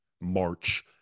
March